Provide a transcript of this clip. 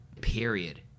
period